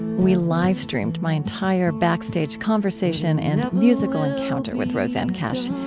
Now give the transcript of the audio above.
we live-streamed my entire backstage conversation and musical encounter with rosanne cash.